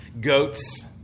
goats